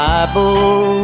Bible